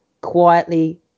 quietly